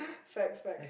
facts facts